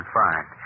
fine